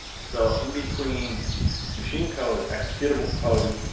so in between machine code, executable code,